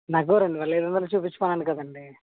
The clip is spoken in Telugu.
నాకు రెండు వేల ఐదు వందలవి చూపించమన్నాను కదండి